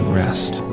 rest